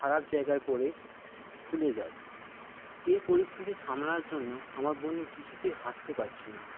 খারাপ জায়গায় পরে ফুলে যায় এই পরিস্থিতি সামলানোর জন্য আমার বন্ধু কিছুতেই হাঁটতে পারছিল না